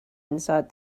inside